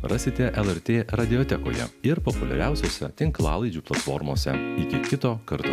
rasite lrt radiotekoje ir populiariausiose tinklalaidžių platformose iki kito karto